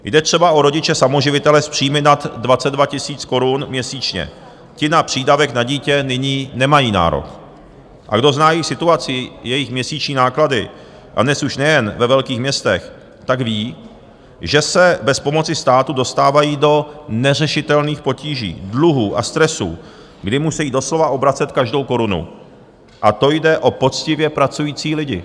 Jde třeba o rodiče samoživitele s příjmy nad 22 000 korun měsíčně, ti na přídavek na dítě nyní nemají nárok, a kdo zná jejich situaci, jejich měsíční náklady, a dnes už nejen ve velkých městech, ví, že se bez pomoci státu dostávají do neřešitelných potíží, dluhů a stresů, kdy musejí doslova obracet každou korunu, a to jde o poctivě pracující lidi.